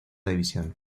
división